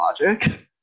logic